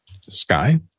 Sky